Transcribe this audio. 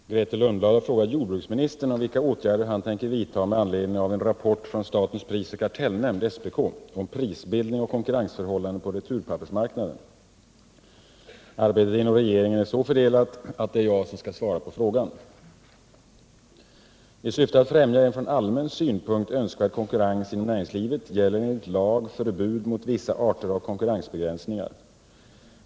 Herr talman! Grethe Lundblad har frågat jordbruksministern om vilka åtgärder han tänker vidta med anledning av en rapport från statens prisoch kartellnämnd om prisbildning och konkurrensförhållanden på returpappersmarknaden. , Arbetet inom regeringen är så fördelat att det är jag som skall svara på frågan. I syfte att främja en från allmän synpunkt önskvärd konkurrens inom näringslivet gäller enligt lag förbud mot vissa arter av konkurrensbegränsningar.